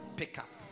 pickup